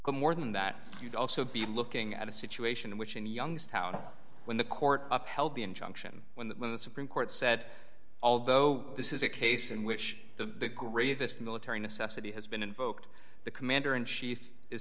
more than that you'd also be looking at a situation in which in youngstown when the court upheld the injunction when the when the supreme court said although this is a case in which the greatest military necessity has been invoked the commander in chief is